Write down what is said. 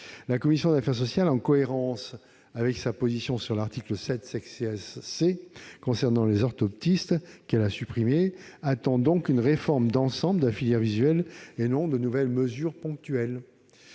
La commission des affaires sociales, en cohérence avec sa position sur l'article 7 C concernant les orthoptistes, qu'elle a supprimé, attend donc une clarification d'ensemble de la filière visuelle, et non de nouvelles mesures ponctuelles.